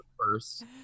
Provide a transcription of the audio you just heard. first